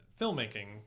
filmmaking